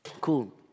Cool